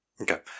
Okay